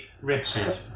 Richard